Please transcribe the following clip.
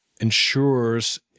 ensures